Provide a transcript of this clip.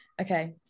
okay